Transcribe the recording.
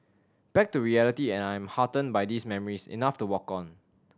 back to reality and I am heartened by these memories enough to walk on